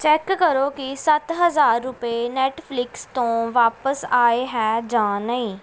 check ਕਰੋ ਕਿ ਸੱਤ ਹਜ਼ਾਰ ਰੁਪਏ ਨੇਟਫਲਿਕਸ ਤੋਂ ਵਾਪਸ ਆਏ ਹੈ ਜਾਂ ਨਹੀਂ